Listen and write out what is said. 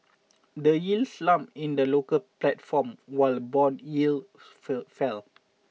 the Euro slumped in the local platform while bond yields fell